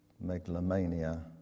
megalomania